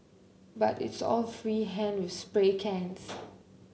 but it's all free hand with spray cans